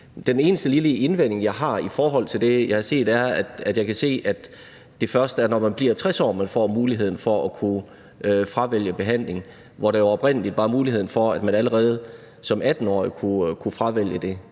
Den eneste lille indvending, jeg har i forhold til det, jeg har set, er, at jeg kan se, at det først er, når man bliver 60 år, at man får muligheden for at kunne fravælge behandling, hvor der oprindelig var mulighed for, at man allerede som 18-årig kunne fravælge det.